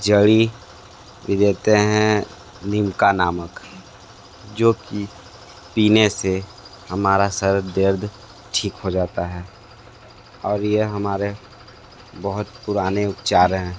जड़ भी देते हैं निमका नामक जो कि पीने से हमारा सर दर्द ठीक हो जाता है और यह हमारे बहुत पुराने उपचार हैं